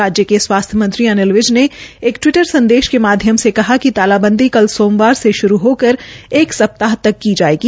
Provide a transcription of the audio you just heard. राज्य के स्वास्थ्य मंत्री अनिल विज ने एक टवीटर संदेश के माध्यम से कहा कि तालाबंदी कल सोमवार से शुरू होकर एक सप्ताह तक की जायेगी